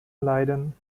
leiden